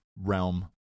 realm